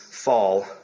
fall